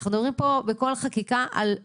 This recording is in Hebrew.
אנחנו מדברים פה בכל חקיקה על מיליונים.